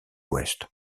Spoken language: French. ouest